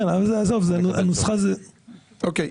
אוקיי.